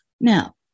Now